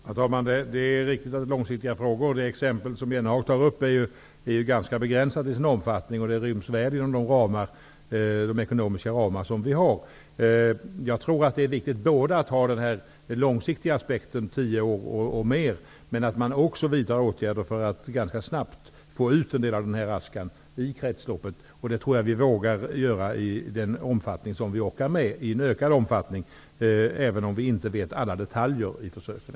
Herr talman! Det är riktigt att det handlar om långsiktiga frågor. Men det exempel som Jan Jennehag anför är ganska begränsat till sin omfattning och ryms väl inom de ekonomiska ramar som vi har. Jag tror att det är viktigt både att ha ett långsiktigt perspektiv -- tio år eller mera -- och att man vidtar åtgärder för att ganska snabbt få ut en del av den här askan i kretsloppet. Jag tror att vi vågar oss på det i en ökad omfattning, även om vi ännu inte känner till alla detaljer från försöken.